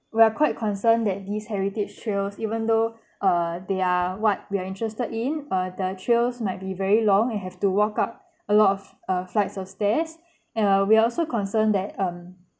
we are quite concerned that these heritage trails even though err they are what we are interested in uh the trails might be very long and have to walk up a lot of uh flights of stairs and uh we also concerned that um